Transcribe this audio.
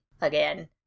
again